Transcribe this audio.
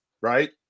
right